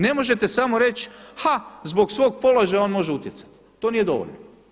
Ne možete samo reći, ha zbog svog položaja on može utjecati, to nije dovoljno.